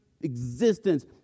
existence